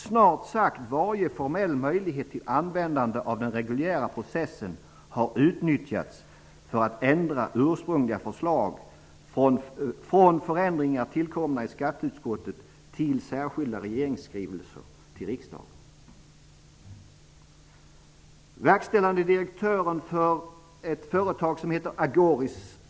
Snart sagt varje formell möjlighet till användande av den reguljära processen har utnyttjats för att ändra ursprungliga förslag, från förändringar tillkomna i skatteutskottet till särskilda regeringsskrivelser till riksdagen.